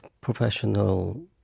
professional